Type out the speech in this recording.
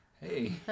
hey